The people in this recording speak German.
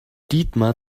dietmar